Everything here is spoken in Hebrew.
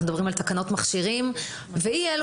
אנחנו מדברים על תקנות מכשירים ואי אילו